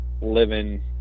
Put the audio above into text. living